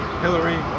Hillary